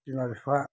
बिमा बिफा